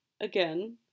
Again